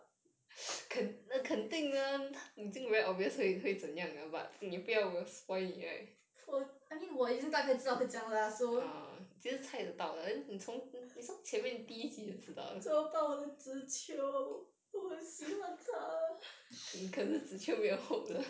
我 I mean 我已经大概知道会这样 lah so 这么办我的 zi qiu 我很喜欢他